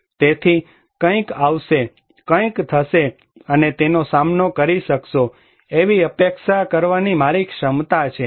તેથી કંઈક આવશે કંઈક થશે અને તેનો સામનો કરી શકશો એવી અપેક્ષા કરવાની મારી ક્ષમતા છે